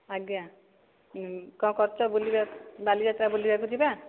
ଆଜ୍ଞା କ'ଣ କରୁଛ ବୁଲିବା ବାଲିଯାତ୍ରା ବୁଲିବାକୁ ଯିବା